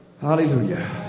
Hallelujah